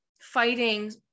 fighting